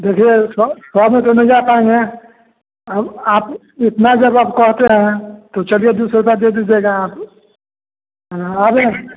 देखिए सर सौ में तो नहीं जा पाएँगे अब आप इतना जब आप कहते हैं तो चलिए दो सौ रुपये दे दीजिएगा आप हाँ